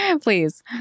please